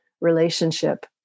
relationship